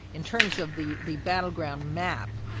in terms of the the battleground map,